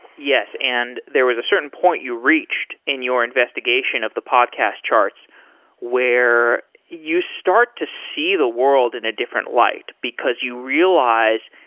yes, and there was a certain point you reached in your investigation of the podcast charts where you start to see the world in a different light, because you realize,